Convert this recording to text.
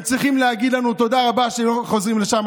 הם צריכים להגיד לנו תודה רבה שהם לא חוזרים לשם,